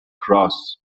کراس